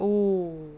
oh